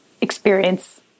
experience